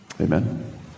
Amen